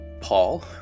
Paul